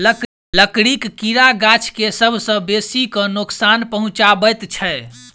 लकड़ीक कीड़ा गाछ के सभ सॅ बेसी क नोकसान पहुचाबैत छै